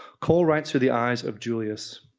cole writes through the eyes of julius,